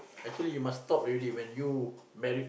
actually you must stop already when you married